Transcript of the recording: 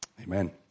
Amen